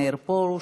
מאיר פרוש,